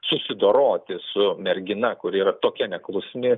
susidoroti su mergina kuri yra tokia neklusni